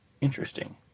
Interesting